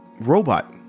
robot